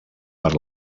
per